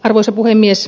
arvoisa puhemies